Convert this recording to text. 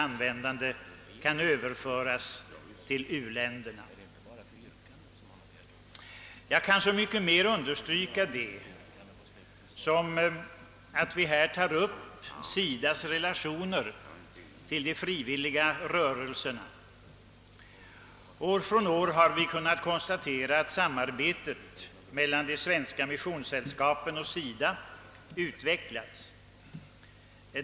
Jag kan understryka detta så mycket mer som vi i vår motion tagit upp SIDA:s relationer till de frivilliga organisationerna. År efter år har vi kunnat konstatera att samarbetet mellan de svenska missionssällskapen och SIDA utvecklats.